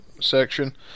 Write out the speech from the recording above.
section